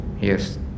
yes